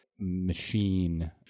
machine